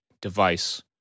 device